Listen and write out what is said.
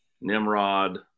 Nimrod